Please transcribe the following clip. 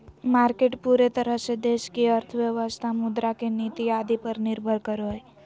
market पूरे तरह से देश की अर्थव्यवस्था मुद्रा के नीति आदि पर निर्भर करो हइ